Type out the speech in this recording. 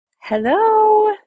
Hello